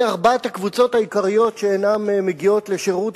אלה ארבע הקבוצות העיקריות שאינן מגיעות לשירות.